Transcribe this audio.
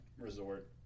resort